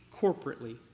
corporately